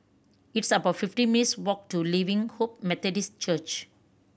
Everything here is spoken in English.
it's about fifteen minutes' walk to Living Hope Methodist Church